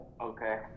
Okay